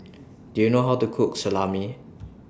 Do YOU know How to Cook Salami